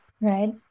right